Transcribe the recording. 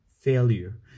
failure